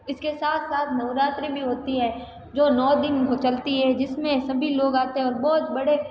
इसके साथ साथ नवरात्रि भी होती है जो नौ दिन चलती है जिसमें सभी लोग आते हैं और बहुत बड़े